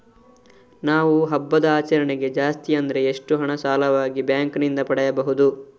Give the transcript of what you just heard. ನಾವು ಹಬ್ಬದ ಆಚರಣೆಗೆ ಜಾಸ್ತಿ ಅಂದ್ರೆ ಎಷ್ಟು ಹಣ ಸಾಲವಾಗಿ ಬ್ಯಾಂಕ್ ನಿಂದ ಪಡೆಯಬಹುದು?